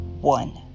one